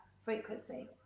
frequency